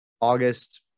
August